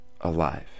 alive